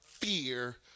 Fear